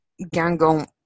Gangon